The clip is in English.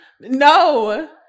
no